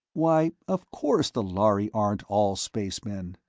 why, of course, the lhari aren't all spacemen.